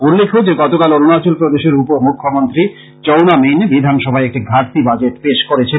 উল্লেখ্য যে গতকাল অরুণাচল প্রদেশের উপ মুখ্যমন্ত্রি চৌনা মেইন বিধানসভায় একটি ঘাটতি বাজেট পেশ করেছেন